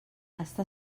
està